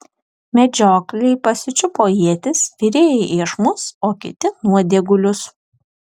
medžiokliai pasičiupo ietis virėjai iešmus o kiti nuodėgulius